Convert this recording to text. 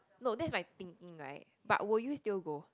no that's my thinking right but will you still go